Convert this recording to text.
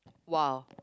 !wah!